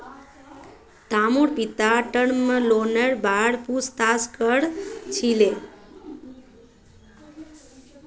रामूर पिता टर्म लोनेर बार पूछताछ कर छिले